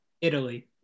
Italy